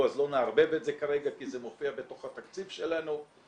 אז לא נערבב את זה כרגע כי זה מופיע בתוך התקציב שלנו.